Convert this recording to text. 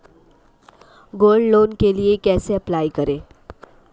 Gold loan के लिए कैसे अप्लाई करें?